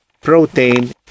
protein